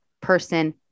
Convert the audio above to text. person